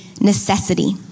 necessity